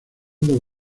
dos